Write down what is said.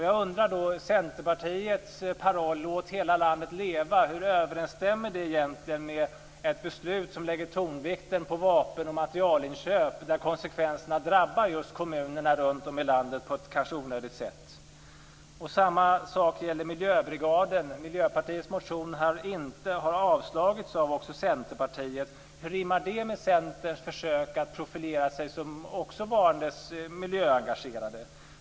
Jag undrar hur Centerpartiets paroll "Låt hela landet leva" överensstämmer med ett beslut som lägger tonvikten vid vapen och materielköp, vilket drabbar just kommuner runt om i landet på ett kanske onödigt sätt. Detsamma gäller miljöbrigaden. Miljöpartiets motion har avstyrkts av också Centerpartiet. Hur rimmar det med Centerns försök att profilera sig som varandes miljöengagerat?